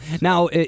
Now